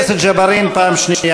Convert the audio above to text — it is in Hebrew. חבר הכנסת ג'בארין, פעם שנייה.